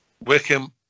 Wickham